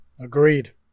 Agreed